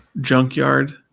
junkyard